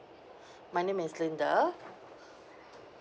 my name is linda